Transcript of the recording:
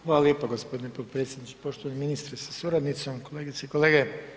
Hvala lijepo g. potpredsjedniče, poštovani ministre sa suradnicom, kolegice i kolege.